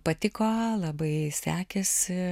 patiko labai sekėsi